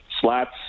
Slats